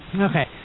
Okay